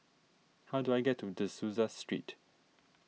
how do I get to De Souza Street